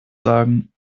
sagen